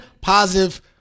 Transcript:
positive